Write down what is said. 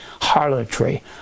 harlotry